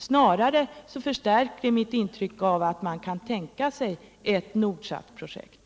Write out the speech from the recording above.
Snarare förstärktes mitt intryck av att man kan tänka sig en nordisk TV-satellit.